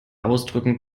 ausdrücken